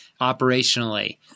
operationally